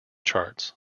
charts